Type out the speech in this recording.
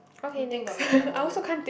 can't think of it at the moment